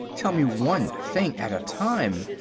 tell me one thing at a time.